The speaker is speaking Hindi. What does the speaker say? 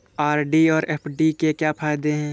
आर.डी और एफ.डी के क्या फायदे हैं?